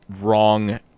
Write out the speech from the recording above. wrong